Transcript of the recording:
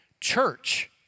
church